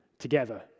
together